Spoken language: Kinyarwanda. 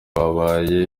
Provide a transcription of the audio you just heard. habaye